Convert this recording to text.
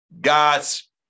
God's